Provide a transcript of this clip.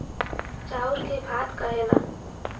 चाउर के भात कहेलन